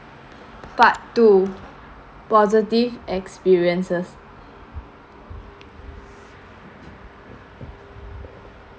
part two positive experiences